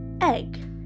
egg